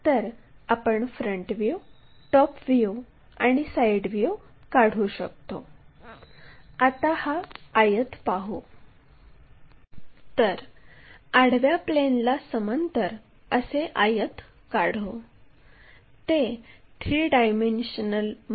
मग आणखी एक लोकस लाईन 15 मिमी अंतरावर काढा कारण d हा उभ्या प्लेनच्यासमोर 15 मिमी अंतरावर आहे